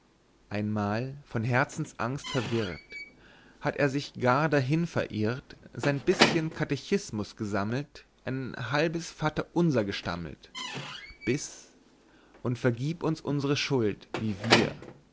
einmal von herzensangst verwirrt hatt er sich gar dahin verirrt sein bischen katechismus gesammelt ein halbes vaterunser gestammelt bis und vergieb uns unsre schuld wie wir